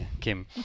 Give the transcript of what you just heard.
Kim